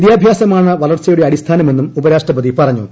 വിദ്യാഭ്യാസമാണ് വളർച്ചയുടെ അടിസ്ഥാനമെന്നും ഉപരാഷ്ട്രപതി പറഞ്ഞു